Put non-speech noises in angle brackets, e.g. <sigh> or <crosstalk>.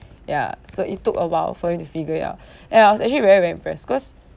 ya so it took a while for him to figure it out <breath> and I was actually very very impressed cause